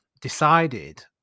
decided